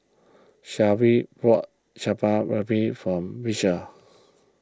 Sharee bought Chaat Papri from Beecher